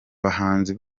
bahanzi